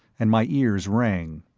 and my ears rang.